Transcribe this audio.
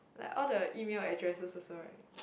like all the email addresses also right